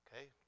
Okay